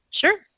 Sure